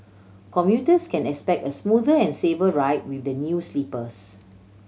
commuters can expect a smoother and safer ride with the new sleepers